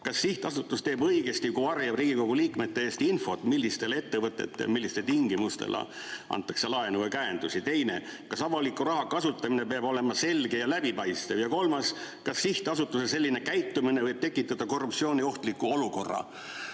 Kas sihtasutus teeb õigesti, kui varjab Riigikogu liikmete eest infot, millistele ettevõtetele millistel tingimustel antakse laenukäendust? Teine: kas avaliku raha kasutamine peab olema selge ja läbipaistev? Ja kolmas: kas sihtasutuse selline käitumine võib tekitada korruptsiooniohtliku olukorra?